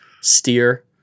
steer